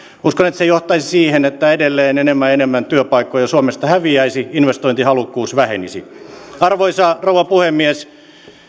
uskon että se johtaisi siihen että edelleen enemmän ja enemmän työpaikkoja suomesta häviäisi investointihalukkuus vähenisi arvoisa rouva puhemies